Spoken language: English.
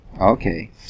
Okay